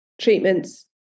treatments